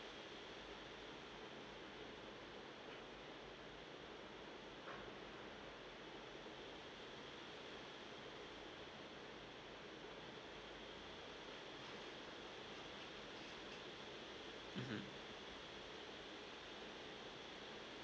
mmhmm